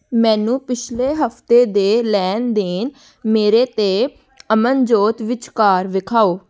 ਮੈਨੂੰ ਪਿੱਛਲੇ ਹਫ਼ਤੇ ਦੇ ਲੈਣ ਦੇਣ ਮੇਰੇ ਅਤੇ ਅਮਨਜੋਤ ਵਿਚਕਾਰ ਵਿਖਾਓ